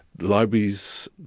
libraries